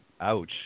Ouch